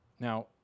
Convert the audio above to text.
Now